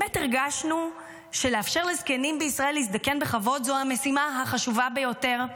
באמת הרגשנו שלאפשר לזקנים בישראל להזדקן בכבוד זו המשימה החשובה ביותר,